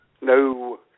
No